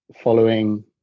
following